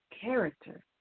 character